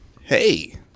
Hey